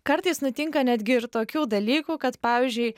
kartais nutinka netgi ir tokių dalykų kad pavyzdžiui